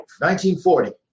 1940